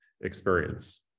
experience